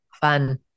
fun